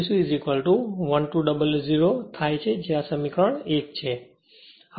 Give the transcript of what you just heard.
985 W c 1200 થાય છે જે આ સમીકરણ 1 છે